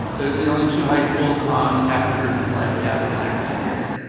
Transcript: those are the only two high schools on the capital improvement plan that we have over the next ten years.